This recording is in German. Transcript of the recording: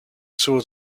zur